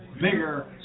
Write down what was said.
bigger